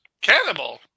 Cannibal